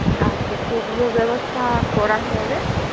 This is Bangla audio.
আচ্ছা আচ্ছা সেগুলো ব্যবস্থা করা হবে